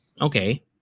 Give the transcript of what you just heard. Okay